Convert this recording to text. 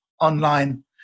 online